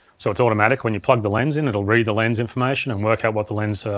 so it's automatic when you plug the lens in, it'll read the lens information and work out what the lens